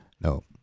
No